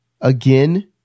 again